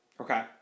Okay